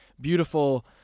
beautiful